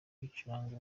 bicaranye